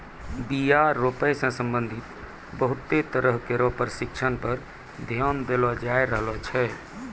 बीया रोपै सें संबंधित बहुते तरह केरो परशिक्षण पर ध्यान देलो जाय रहलो छै